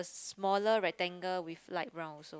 smaller rectangle with light brown also